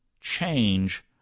change